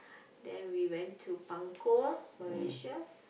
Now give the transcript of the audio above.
then we went to Bangkok Malaysia